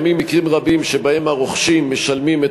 יש מקרים רבים שבהם הרוכשים משלמים את